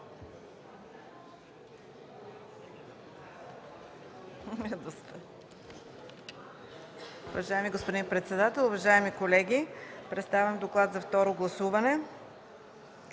Уважаеми господин председател, уважаеми колеги, представям Доклада за второ гласуване